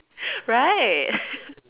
right